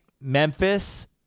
Memphis